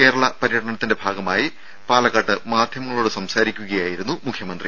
കേരള പര്യടനത്തിന്റെ ഭാഗമായി പാലക്കാട്ട് മാധ്യമങ്ങളോട് സംസാരിക്കുകയായിരുന്നു മുഖ്യമന്ത്രി